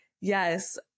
Yes